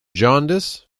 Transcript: jaundice